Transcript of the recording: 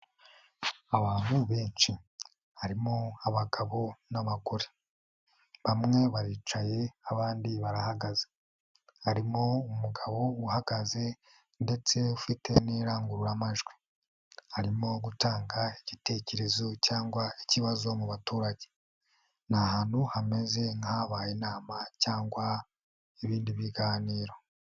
Abantu benshi harimo abagabo n'abagore. Bamwe baricaye abandi barahagaze. Harimo umugabo uhagaze ndetse ufite n'irangururamajwi, arimo gutanga igitekerezo cyangwa ikibazo mu baturage. Ni ahantu hameze nk'ahabaye inama cyangwa ibindi biganiro.